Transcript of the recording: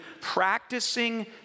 practicing